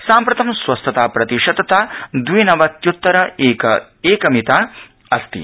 साम्प्रतं स्वस्थताप्रतिशतता दविनवत्य्तर एक एक मिता अस्ति